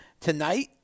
tonight